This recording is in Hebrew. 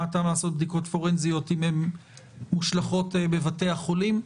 מה הטעם לעשות בדיקות פורנזיות אם הן מושלכות בבתי החולים.